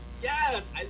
yes